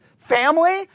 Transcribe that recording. family